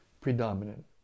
predominant